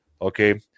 Okay